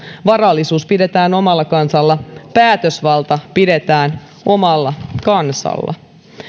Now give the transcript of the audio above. varallisuus pidetään omalla kansalla päätösvalta pidetään omalla kansalla